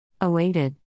awaited